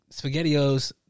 SpaghettiOs